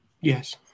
Yes